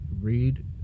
read